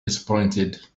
disappointed